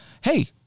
hey